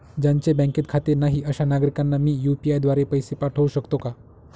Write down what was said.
ज्यांचे बँकेत खाते नाही अशा नागरीकांना मी यू.पी.आय द्वारे पैसे पाठवू शकतो का?